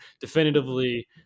definitively